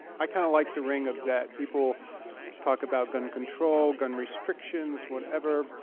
i kind of like the ring of that. people talk about gun control, gun restrictions, whatever.